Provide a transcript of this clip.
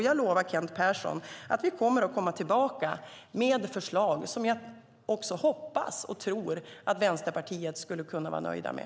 Jag lovar Kent Persson att vi kommer att komma tillbaka med förslag som jag också hoppas och tror att Vänsterpartiet ska kunna vara nöjda med.